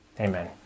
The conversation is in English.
amen